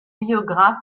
biographe